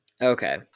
okay